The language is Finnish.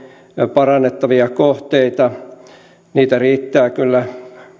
parannettavia kohteita niitä riittää kyllä